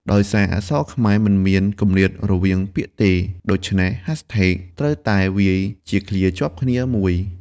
ដោយសារអក្សរខ្មែរមិនមានគម្លាតរវាងពាក្យទេ ដូច្នេះ ហាស់ថេកត្រូវតែវាយជាឃ្លាជាប់គ្នាមួយ។